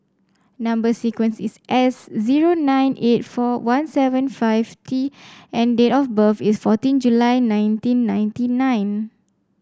number sequence is S zero nine eight four one seven five T and date of birth is fourteen July nineteen ninety nine